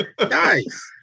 Nice